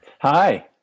Hi